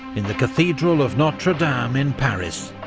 in the cathedral of notre-dame in paris,